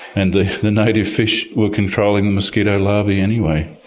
and the the native fish were controlling the mosquito larvae anyway.